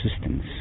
assistance